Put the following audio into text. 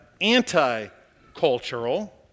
anti-cultural